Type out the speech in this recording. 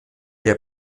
der